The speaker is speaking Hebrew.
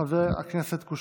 חבר הכנסת קושניר,